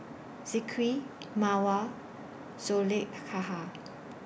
Zikri Mawar Zulaikha